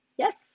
Yes